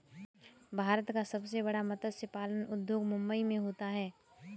भारत का सबसे बड़ा मत्स्य पालन उद्योग मुंबई मैं होता है